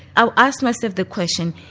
i asked myself the question,